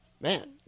Man